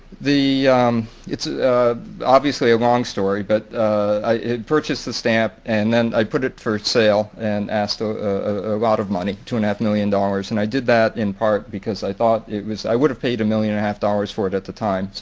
it's a obviously a long story but i purchased the stamp and then i put it for sale and asked a a lot of money two and half million dollars. and i did that in part because i thought it was i would have paid a million a half dollars for it at the time,